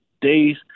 days